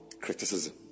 criticism